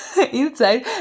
inside